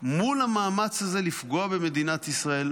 מול המאמץ הזה לפגוע במדינת ישראל,